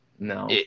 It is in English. No